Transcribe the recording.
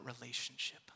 relationship